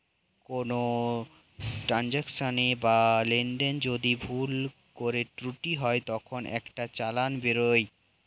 কোনো ট্রান্সাকশনে বা লেনদেনে যদি ভুল করে ত্রুটি হয় তখন একটা চালান বেরোয়